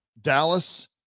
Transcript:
Dallas